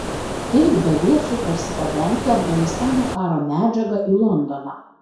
kaip daviesui parsigabenti afganistano karo medžiagą į londoną